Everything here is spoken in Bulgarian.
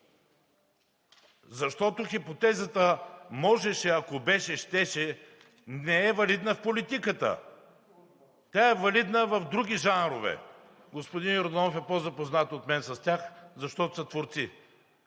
Защото хипотезата „можеше – ако беше, щеше“ не е валидна в политиката! Тя е валидна в други жанрове. Господин Йорданов е по-запознат от мен с тях, защото са творци,